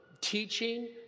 teaching